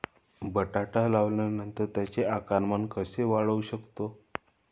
बटाटा लावल्यानंतर त्याचे आकारमान कसे वाढवू शकतो?